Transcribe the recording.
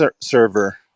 server